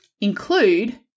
include